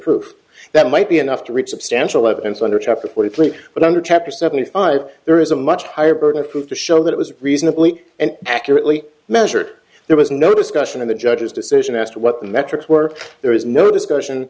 proof that might be enough to reach substantial evidence under chapter forty please but under chapter seventy five there is a much higher burden of proof to show that it was reasonably and accurately measure there was no discussion of the judge's decision as to what the metrics were there is no discussion